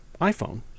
iPhone